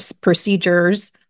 procedures